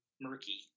murky